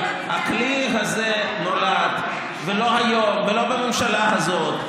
אבל הכלי הזה נולד לא היום ולא בממשלה הזו,